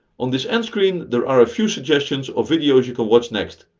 on this end screen, there are a few suggestions of videos you can watch next.